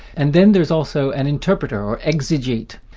and then there's also an interpreter, or exegete,